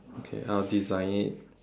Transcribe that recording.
okay I'll design it